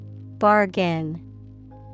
Bargain